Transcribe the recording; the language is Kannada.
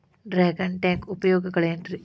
ಡ್ರ್ಯಾಗನ್ ಟ್ಯಾಂಕ್ ಉಪಯೋಗಗಳೆನ್ರಿ?